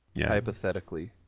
Hypothetically